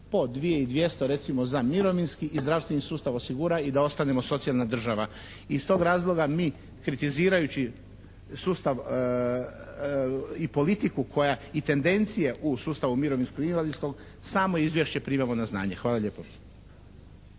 dvjesto recimo za mirovinski i zdravstveni sustav osigura i da ostanemo socijalna država. Iz tog razloga mi kritizirajući sustav i politiku koja, i tendencije u sustavu mirovinskog i invalidskog, samo izvješće primamo na znanje. Hvala lijepo.